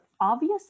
obvious